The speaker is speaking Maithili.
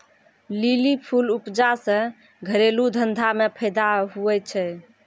लीली फूल उपजा से घरेलू धंधा मे फैदा हुवै छै